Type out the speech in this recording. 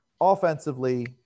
offensively